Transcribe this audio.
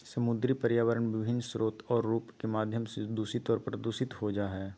समुद्री पर्यावरण विभिन्न स्रोत और रूप के माध्यम से दूषित और प्रदूषित हो जाय हइ